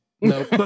no